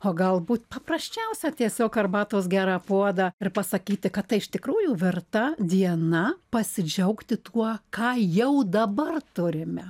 o galbūt paprasčiausia tiesiog arbatos gerą puodą ir pasakyti kad tai iš tikrųjų verta diena pasidžiaugti tuo ką jau dabar turime